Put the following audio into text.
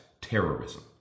terrorism